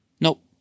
Nope